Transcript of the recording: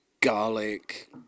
garlic